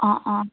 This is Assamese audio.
অ' অ'